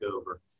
over